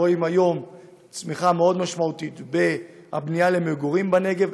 אנחנו רואים היום צמיחה מאוד משמעותית בבנייה למגורים בנגב,